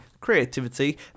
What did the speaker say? creativity